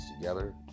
together